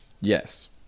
Yes